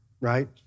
right